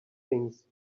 things